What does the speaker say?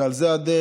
ועל זה הדרך,